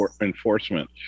enforcement